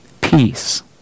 peace